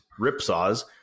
ripsaws